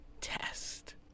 test